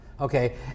Okay